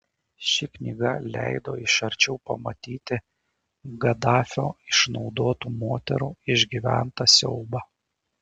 ši knyga leido iš arčiau pamatyti gaddafio išnaudotų moterų išgyventą siaubą